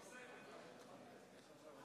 התוצאות הן: